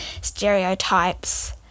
stereotypes